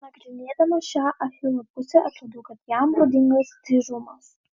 nagrinėdama šią achilo pusę atradau kad jam būdingas tyrumas